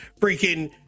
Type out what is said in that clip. freaking